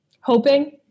hoping